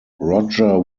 roger